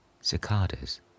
Cicadas